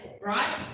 right